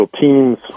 teams